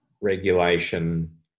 regulation